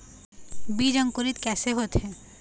बीज अंकुरित कैसे होथे?